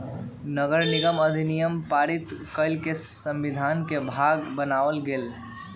नगरनिगम अधिनियम पारित कऽ के संविधान के भाग बनायल गेल